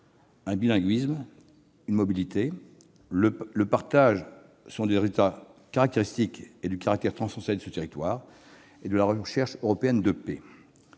Le bilinguisme, la mobilité et le partage sont le résultat du caractère transfrontalier de ce territoire et de la recherche européenne de paix.